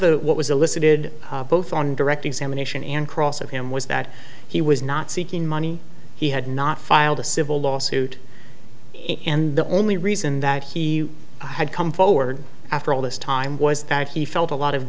of what was elicited both on direct examination and cross of him was that he was not seeking money he had not filed a civil lawsuit and the only reason that he had come forward after all this time was that he felt a lot of